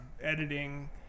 editing